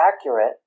accurate